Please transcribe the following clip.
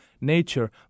nature